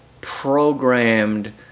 programmed